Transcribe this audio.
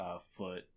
foot